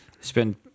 spend